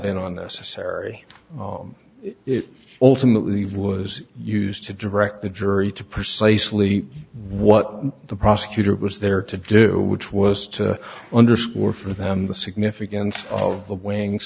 been on this harry it ultimately was used to direct the jury to precisely what the prosecutor was there to do which was to underscore for them the significance of the wing